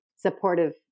supportive